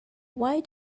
why